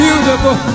Beautiful